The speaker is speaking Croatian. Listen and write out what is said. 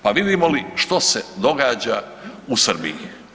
Pa vidimo li što se događa u Srbiji?